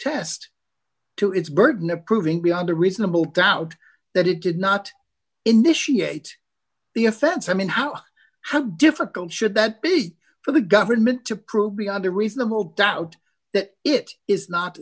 test to its burden of proving beyond a reasonable doubt that it did not initiate the offense i mean how how difficult should that be for the government to prove beyond a reasonable doubt that it is not